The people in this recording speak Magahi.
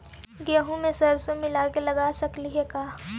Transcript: गेहूं मे सरसों मिला के लगा सकली हे का?